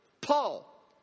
Paul